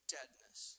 Deadness